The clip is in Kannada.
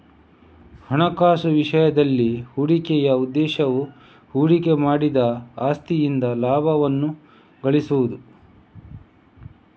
ಹಣಕಾಸು ವಿಷಯದಲ್ಲಿ, ಹೂಡಿಕೆಯ ಉದ್ದೇಶವು ಹೂಡಿಕೆ ಮಾಡಿದ ಆಸ್ತಿಯಿಂದ ಲಾಭವನ್ನು ಗಳಿಸುವುದು